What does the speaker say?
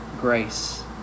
grace